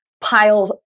piles